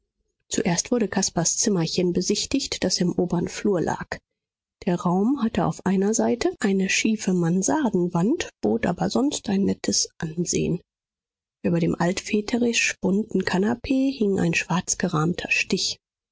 zuerst wurde caspars zimmerchen besichtigt das im obern flur lag der raum hatte auf einer seite eine schiefe mansardenwand bot aber sonst ein nettes ansehen über dem altväterisch bunten kanapee hing ein schwarzgerahmter stich